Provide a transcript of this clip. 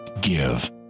give